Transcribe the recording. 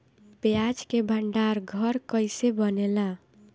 प्याज के भंडार घर कईसे बनेला?